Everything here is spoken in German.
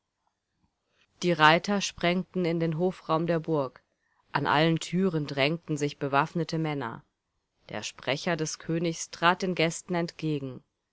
die reiter sprengten in den hofraum der burg an allen türen drängten sich bewaffnete männer der sprecher des königs trat den gästen entgegen